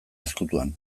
ezkutuan